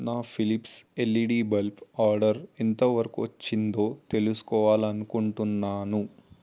నా Philips LED bulb order ఎంతవరకొచ్చిందో తెలుసుకోవాలనుకుంటున్నాను